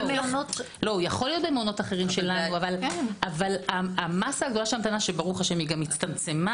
יכול להיות במעונות אחרים שלנו אבל המסה הגדולה שב"ה הצטמצמה,